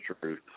truth